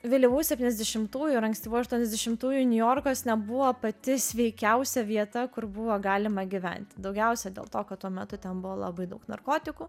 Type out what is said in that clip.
vėlyvų septyniasdešimtųjų ir ankstyvų aštuoniasdešimtųjų niujorkas nebuvo pati sveikiausia vieta kur buvo galima gyventi daugiausia dėl to kad tuo metu ten buvo labai daug narkotikų